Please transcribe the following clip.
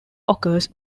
occurs